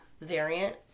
variant